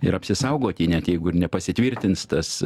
ir apsisaugoti net jeigu ir nepasitvirtins tas